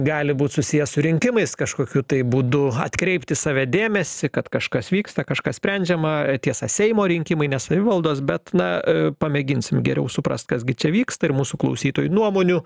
gali būt susiję su rinkimais kažkokiu tai būdu atkreipt į save dėmesį kad kažkas vyksta kažkas sprendžiama tiesa seimo rinkimai ne savivaldos bet na pamėginsim geriau suprast kas gi čia vyksta ir mūsų klausytojų nuomonių